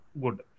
good